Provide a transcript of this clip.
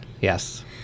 yes